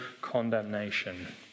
condemnation